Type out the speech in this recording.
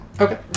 Okay